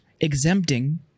exempting